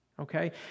Okay